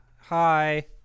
Hi